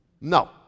No